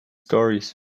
stories